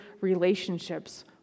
relationships